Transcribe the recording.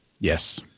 Yes